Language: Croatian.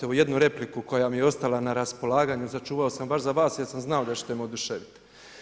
Ovu jednu repliku koja mi je ostala na raspolaganju sačuvao sam baš za vas jer sam znao da ćete me oduševit.